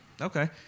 Okay